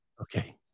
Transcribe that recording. Okay